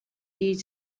ate